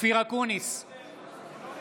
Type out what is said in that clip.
אינו